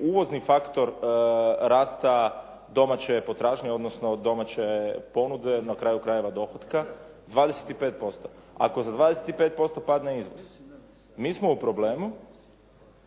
uvozni faktor rasta domaće potražnje, odnosno domaće ponude, na kaju krajeva dohotka 25%, ako za 25% padne iznos. Mi smo u problemu